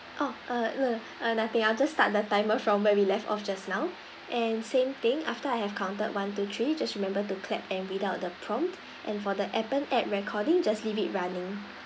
oh uh we'll ah nothing I'll just start the timer from where we left off just now and same thing after I have counted one two three just remember to clap and read out the prompt and for the appen app recording just leave it running